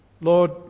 Lord